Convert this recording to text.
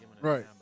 Right